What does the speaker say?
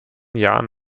jahren